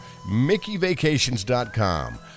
mickeyvacations.com